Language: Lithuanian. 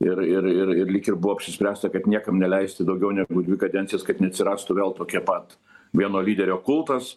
ir ir ir ir lyg ir buvo apsispręsta kad niekam neleisti daugiau negu dvi kadencijas kad neatsirastų vėl tokia pat vieno lyderio kultas